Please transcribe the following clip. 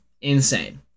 Insane